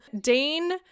Dane